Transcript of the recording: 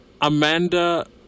Amanda